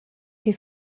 che